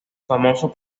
famoso